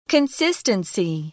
Consistency